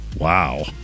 Wow